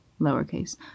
lowercase